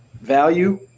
value